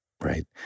right